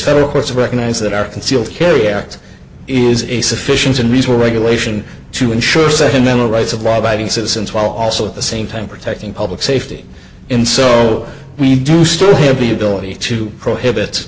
federal courts recognize that our concealed carry act is a sufficient and reese were regulation to ensure second mineral rights of law abiding citizens while also at the same time protecting public safety in so we do still have the ability to prohibit